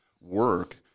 work